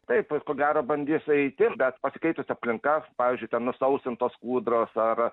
taip ko gero bandys eiti bet pasikeitusi aplinka pavyzdžiui ten nusausintos kūdros ar